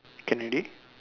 can already